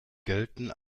gelten